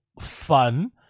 fun